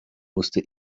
musste